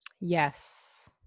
Yes